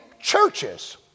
churches